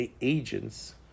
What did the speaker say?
agents